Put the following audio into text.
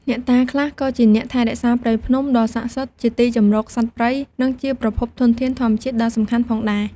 អ្នកតាខ្លះក៏ជាអ្នកថែរក្សាភ្នំ ដ៏ស័ក្ដិសិទ្ធិ ជាទីជម្រកសត្វព្រៃ និងជាប្រភពធនធានធម្មជាតិដ៏សំខាន់ផងដែរ។